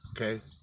okay